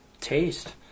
taste